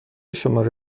شماره